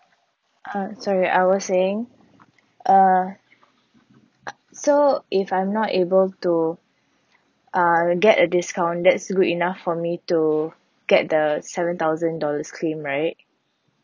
uh sorry I was saying uh so if I'm not able to uh get a discount that's good enough for me to get the seven thousand dollars claim right